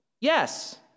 Yes